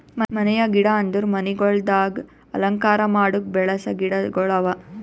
ಮನೆಯ ಗಿಡ ಅಂದುರ್ ಮನಿಗೊಳ್ದಾಗ್ ಅಲಂಕಾರ ಮಾಡುಕ್ ಬೆಳಸ ಗಿಡಗೊಳ್ ಅವಾ